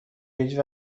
هیچ